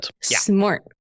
smart